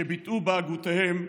שביטאו בהגותם,